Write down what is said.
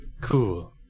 Cool